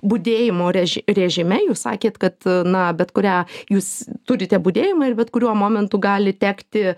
budėjimo rež režime jūs sakėt kad na bet kurią jūs turite budėjimą ir bet kuriuo momentu gali tekti